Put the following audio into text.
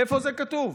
איפה זה כתוב?